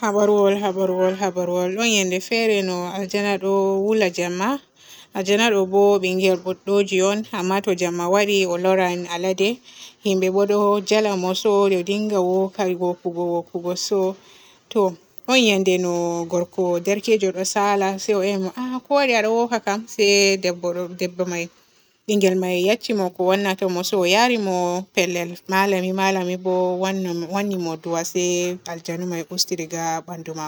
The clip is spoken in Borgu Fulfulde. Habaruwol habaruwol, habaruwol ɗon yende fere no aljana ɗo woola jemma. Aljana ɗo bo ɓingel bodɗoji on amma to jemma waaɗi o looran alade. himɓe bo ɗo jala mo se o waari o dinga wookai-wookugo wookugo so to. ɗon yende gorko derkejo ɗo saala se o emi mo aah ko waaɗi a ɗo wooka kam? Se debbo ɗo-debbo may ɓingel may yecci mo ko wannata mo se o yaari mo pellel malami. Malami bo wanni mo du'a se aljani may usti diga haa banɗo maa.